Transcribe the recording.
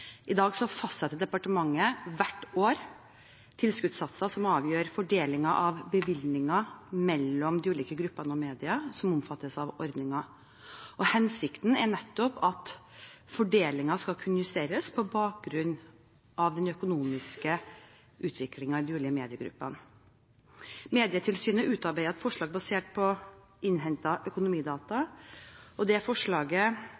I dag fastsetter departementet hvert år tilskuddssatser som avgjør fordelingen av bevilgningen mellom de ulike gruppene av medier som omfattes av ordningen. Hensikten er nettopp at fordelingen skal kunne justeres på bakgrunn av den økonomiske utviklingen i de ulike mediegruppene. Medietilsynet utarbeidet et forslag basert på innhentede økonomidata, og det forslaget